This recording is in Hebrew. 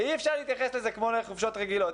אי אפשר להתייחס לזה כאל חופשות רגילות.